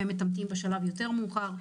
והם מתאמתים בשלב מאוחר יותר.